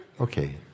okay